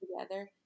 together